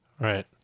Right